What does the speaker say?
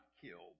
killed